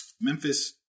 Memphis